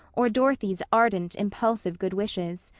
or dorothy's ardent, impulsive good wishes.